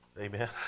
Amen